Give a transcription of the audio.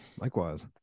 Likewise